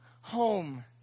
home